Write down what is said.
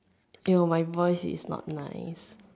you know my voice is not nice